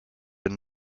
been